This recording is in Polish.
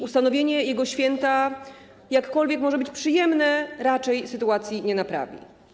Ustanowienie jego święta, jakkolwiek może być przyjemne, raczej sytuacji nie naprawi.